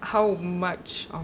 how much of